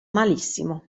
malissimo